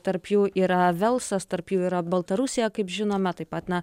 tarp jų yra velsas tarp jų yra baltarusija kaip žinome taip pat na